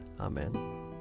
Amen